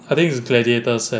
I think it's a gladiator's set